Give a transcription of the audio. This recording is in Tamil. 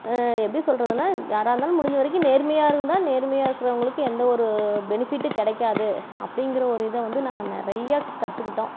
எப்படி சொல்வதுனா யாராக இருந்தாலும் முடிஞ்ச வரைக்கும் நேர்மையாக இருந்தால் நேர்மையாக இருக்கிறவங்களுக்கு எந்தவொரு பெனிஃபிட்டும் கிடைக்காது அப்படிங்கிற ஒரு இதை வந்து நாங்கள் நிறையா கற்றுக்கிட்டோம்